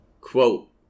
quote